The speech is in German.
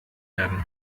werden